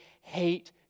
hate